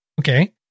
Okay